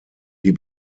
die